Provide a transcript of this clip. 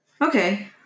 okay